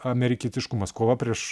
amerikietiškumas kova prieš